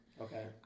Okay